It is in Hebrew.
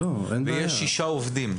ויש שישה עובדים.